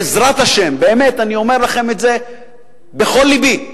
בעזרת השם, באמת אני אומר לכם את זה בכל לבי,